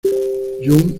young